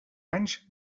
anys